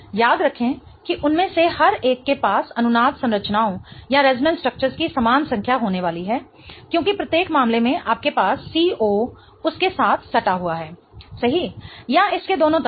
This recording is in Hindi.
याद रखें कि उनमें से हर एक के पास अनुनाद संरचनाओं की समान संख्या होने वाली है क्योंकि प्रत्येक मामले में आपके पास CO उसके साथ सटा हुआ है सही या इसके दोनों तरफ